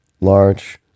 Large